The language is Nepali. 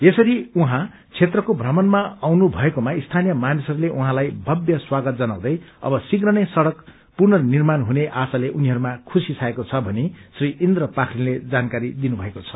यसरी उशैँ क्षेत्रको प्रमणमा आउनु भएकोमा स्थानीय मानिसहरूले उर्कोलाई भव्य स्वागत जनाउँदै अब शीव्र नै सड़क पुनर्निर्माण हुने आशाले उनीहरूमा खुशी छाएको छ भनी श्री इन्द्र पाखीनले जानकारी दिनुभएको छ